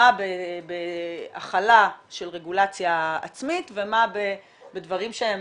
מה בהחלה של רגולציה עצמית ומה בדברים שהם